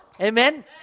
Amen